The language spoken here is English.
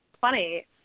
Funny